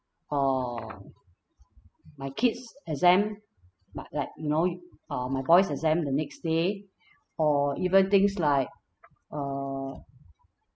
err my kid's exam but like you know you uh my boy's exam the next day or even things like err